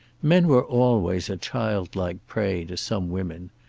men were always a child-like prey to some women.